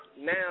Now